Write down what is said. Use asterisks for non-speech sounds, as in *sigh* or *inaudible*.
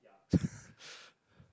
*laughs*